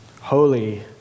holy